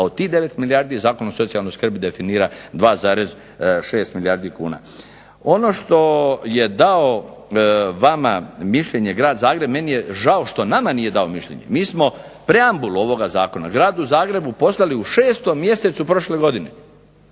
a od tih 9 milijardi Zakon o socijalnoj skrbi definira 2,6 milijardi kuna. Ono što je dao vama mišljenje grad Zagreb, meni je žao što nama nije dao mišljenje. Mi smo preambulu ovoga zakona gradu Zagrebu poslali u 6. mjesecu prošle godine.